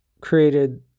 created